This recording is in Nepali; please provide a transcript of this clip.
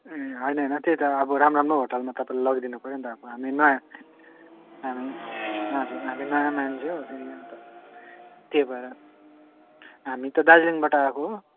ए होइन होइन त्यो त अब राम्रो राम्रो होटलमा तपाईँले लगिदिनु पर्यो नि त अब हामी नयाँ हामी हजुर हामी नयाँ मान्छे हो फेरि अन्त त्यही भएर हामी त दार्जिलिङबाट आएको हो